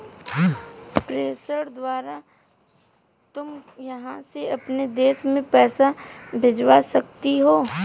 प्रेषण द्वारा तुम यहाँ से अपने देश में पैसे भिजवा सकती हो